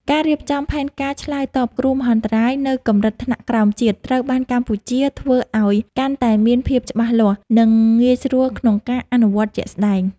ការរៀបចំផែនការឆ្លើយតបគ្រោះមហន្តរាយនៅកម្រិតថ្នាក់ក្រោមជាតិ ត្រូវបានកម្ពុជាធ្វើឱ្យកាន់តែមានភាពច្បាស់លាស់ និងងាយស្រួលក្នុងការអនុវត្តជាក់ស្តែង។